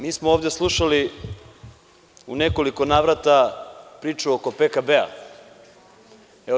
Mi smo ovde slušali u nekoliko navrata priču oko PKB-a.